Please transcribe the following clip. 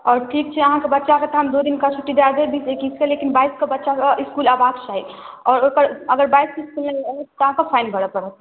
आओर ठीक छै अहाँके बच्चाके तऽ हम दू दिनका छुट्टी दऽ देब बीस एकैसकेँ लेकिन बाइसकेँ बच्चाकेँ इसकूल एबाक चाही आओर ओकर अगर बाइसकेँ इसकूल नहि आयत तऽ अहाँकेँ फाइन भरऽ पड़त